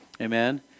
Amen